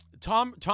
Tom